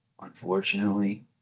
unfortunately